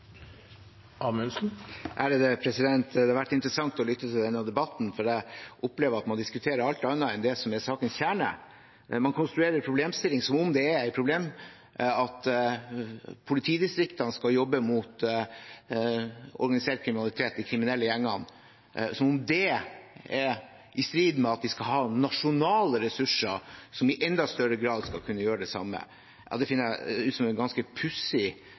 kjerne. Man konstruerer en problemstilling om at det er et problem at politidistriktene skal jobbe mot organisert kriminalitet, de kriminelle gjengene, som om det er i strid med at vi skal ha nasjonale ressurser som i enda større grad skal kunne gjøre det samme. Det syns jeg er en ganske pussig